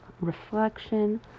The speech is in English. reflection